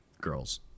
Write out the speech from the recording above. girls